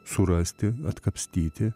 surasti atkapstyti